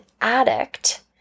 addict